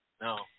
No